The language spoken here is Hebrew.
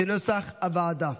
כנוסח הוועדה.